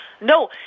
No